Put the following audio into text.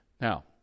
Now